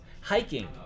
hiking